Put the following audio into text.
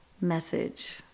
message